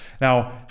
Now